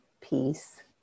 peace